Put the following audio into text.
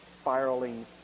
spiraling